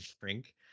drink